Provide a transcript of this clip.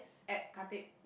at Khatib